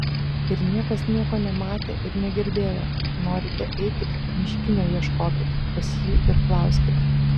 ir niekas nieko nematė ir negirdėjo norite eikit miškinio ieškokit pas jį ir klauskit